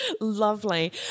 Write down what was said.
Lovely